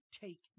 take